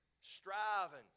striving